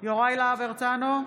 יוראי להב הרצנו,